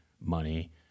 money